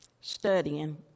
studying